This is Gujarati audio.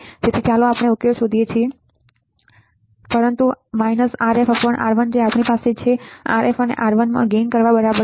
તેથી ચાલો આપણે ઉકેલ શોધીએ કારણ કે આપણે જે કહ્યું છે તે લાભ કંઈ નથી પરંતુ RfR1આપણી પાસે છે Rfએ R1માં નફો કરવા બરાબર છે